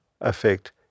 effect